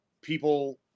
people